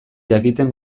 jakiten